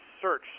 search